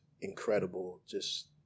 incredible—just